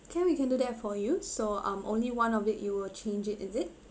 can we can do that for you so um only one of it you will change it is it